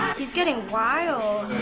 he's getting wild.